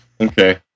Okay